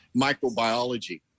microbiology